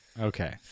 Okay